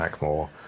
more